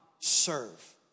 serve